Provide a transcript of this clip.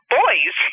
boys